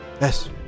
Yes